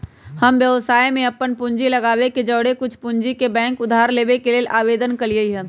हम व्यवसाय में अप्पन पूंजी लगाबे के जौरेए कुछ पूंजी बैंक से उधार लेबे के लेल आवेदन कलियइ ह